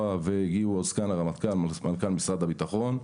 והגיעו עד סגן הרמטכ"ל ומנכ"ל משרד הביטחון.